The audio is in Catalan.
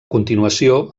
continuació